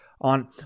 on